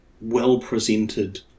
well-presented